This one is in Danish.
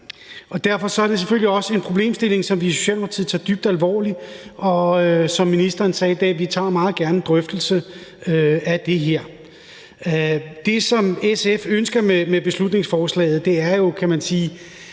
Derfor er det selvfølgelig også en problemstilling, som vi i Socialdemokratiet tager dybt alvorligt, og som ministeren sagde i dag, tager vi meget gerne en drøftelse af det. Det, som SF ønsker med beslutningsforslaget, er jo, som det